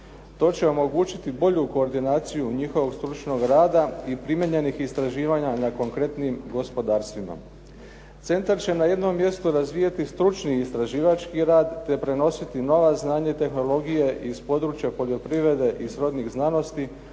To će omogućiti bolju koordinaciju njihovog stručnog rada i primijenjenih istraživanja na konkretnim gospodarstvima. Centar će na jednom mjestu razvijati stručni i istraživački rad te prenositi nova znanja i tehnologije iz područja poljoprivrede i srodnih znanosti